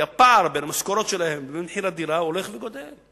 כי הפער בין המשכורות שלהם לבין מחיר הדירה הולך וגדל.